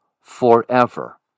forever